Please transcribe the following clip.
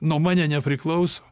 nuo mane nepriklauso